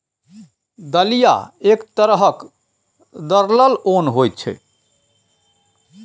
दलिया एक तरहक दरलल ओन होइ छै